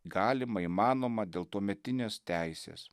galima įmanoma dėl tuometinės teisės